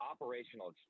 operational